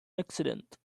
accident